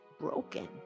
broken